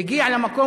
הגיע למקום,